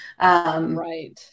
Right